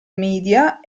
media